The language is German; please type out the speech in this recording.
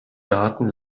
daten